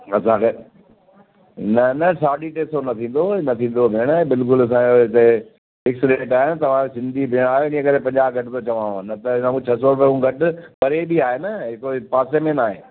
असांखे न न साढी टे सौ न थींदो न थींदो भेण बिल्कुल असांजे हिते फ़िक्स रेट आहे तव्हां सिंधी भेण आहियो इन करे पंजाह घटि थो चवांव न त हिन खां छह सौ रुपए खां घटि परे बि आहे न ए कोई पासे में न आहे